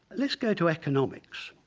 let's go to economics.